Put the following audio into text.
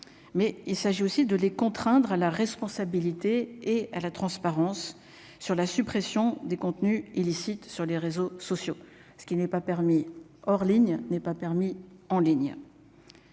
mais il s'agit aussi de les contraindre à la responsabilité et à la transparence sur la suppression des contenus illicites sur les réseaux sociaux, ce qui n'est pas permis hors ligne n'est pas permis en ligne.